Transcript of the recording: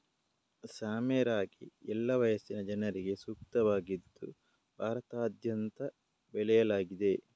ಸಾಮೆ ರಾಗಿ ಎಲ್ಲಾ ವಯಸ್ಸಿನ ಜನರಿಗೆ ಸೂಕ್ತವಾಗಿದ್ದು ಭಾರತದಾದ್ಯಂತ ಬೆಳೆಯಲಾಗ್ತಿದೆ